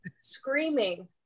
screaming